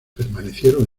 permanecieron